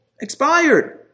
expired